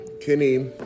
Kenny